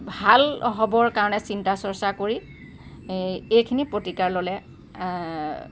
ভাল হ'বৰ কাৰণে চিন্তা চৰ্চা কৰি এইখিনি প্ৰতিকাৰ ল'লে